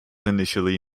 initially